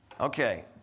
Okay